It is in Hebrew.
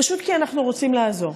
פשוט כי אנחנו רוצים לעזור,